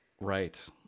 Right